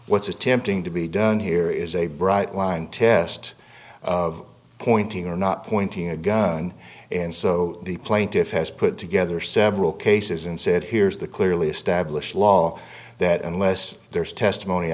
what's attempting to be done here is a bright line test of pointing or not pointing a gun and so the plaintiffs has put together several cases and said here's the clearly established law that unless there's testimony